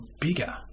bigger